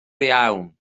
iawn